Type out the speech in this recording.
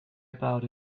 about